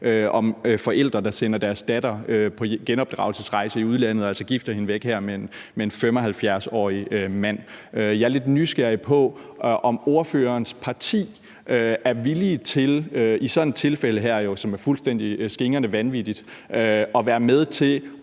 om forældre, der sender deres datter på genopdragelsesrejse i udlandet og altså gifter hende væk med en 75-årig mand. Jeg er lidt nysgerrig på, om ordførerens parti er villig til i sådan et tilfælde her, som er fuldstændig skingrende vanvittigt, at være med til at